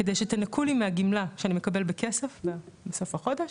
כדי שתנכו לי מהגמלה שאני מקבל בכסף בסוף החודש,